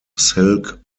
silk